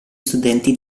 studenti